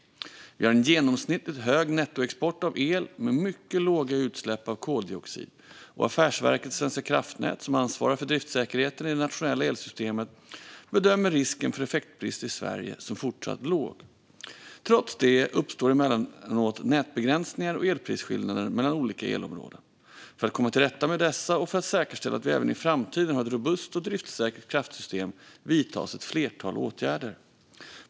Vi har en genomsnittligt hög nettoexport av el med mycket låga utsläpp av koldioxid, och Affärsverket svenska kraftnät som ansvarar för driftsäkerheten i det nationella elsystemet bedömer risken för effektbrist i Sverige som fortsatt låg. Trots det uppstår emellanåt nätbegränsningar och elprisskillnader mellan olika elområden. För att komma till rätta med dessa och för att säkerställa att vi även i framtiden har ett robust och driftssäkert kraftsystem vidtas ett flertal åtgärder.